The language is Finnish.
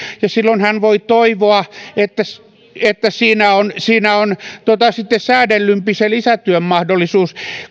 ja silloin hän voi toivoa että siinä on siinä on sitten säädellympi lisätyön mahdollisuus